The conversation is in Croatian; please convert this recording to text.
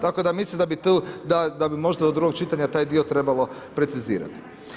Tako da mislim da bi do drugog čitanja taj dio trebalo precizirati.